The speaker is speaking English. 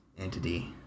entity